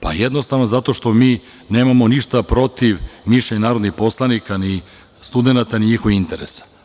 Pa, jednostavno zato što mi nemamo ništa protiv mišljenja narodnih poslanika ni studenata ni njihovih interesa.